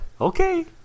Okay